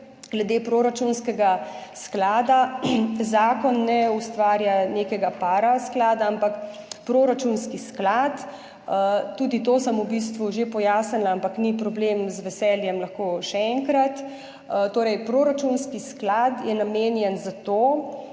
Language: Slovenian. glede proračunskega sklada. Zakon ne ustvarja nekega parasklada, ampak proračunski sklad, tudi to sem v bistvu že pojasnila, ampak ni problem, z veseljem lahko še enkrat, torej proračunski sklad je namenjen za to,